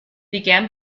began